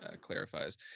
clarifies